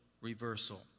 reversal